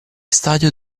stadio